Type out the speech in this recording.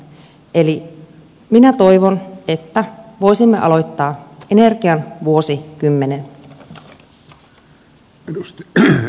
eli minä toivon että voisimme aloittaa energian vuosikymmenen